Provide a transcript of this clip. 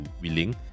willing